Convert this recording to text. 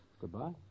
goodbye